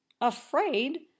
afraid